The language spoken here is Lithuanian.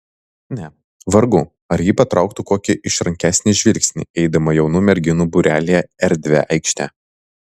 ne vargu ar ji patrauktų kokį išrankesnį žvilgsnį eidama jaunų merginų būrelyje erdvia aikšte